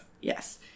Yes